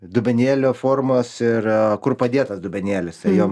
dubenėlio formos ir kur padėtas dubenėlis tai jom